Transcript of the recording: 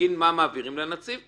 בגין מה מעבירים לנציב?